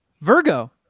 Virgo